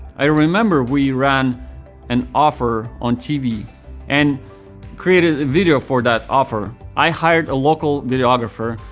i remember we ran an offer on tv and created a video for that offer. i hired a local videographer,